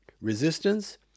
resistance